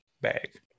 bag